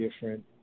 different